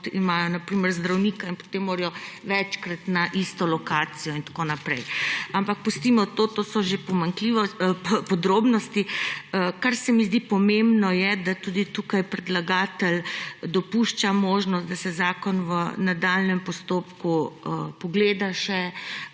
kot zdravnik in potem morajo večkrat na isto lokacijo in tako naprej. Ampak pustimo to, to so že podrobnosti. Kar se mi zdi pomembno, je, da tudi tukaj predlagatelj dopušča možnost, da se zakon v nadaljnjem postopku pogleda še,